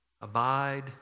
Abide